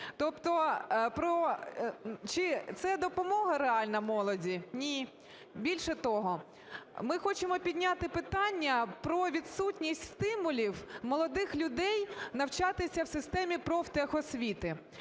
про... Чи це допомога реальна молоді? Ні. Більше того, ми хочемо підняти питання про відсутність стимулів молодих людей навчатися в системі профтехосвіти.